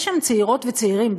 יש שם צעירות וצעירים,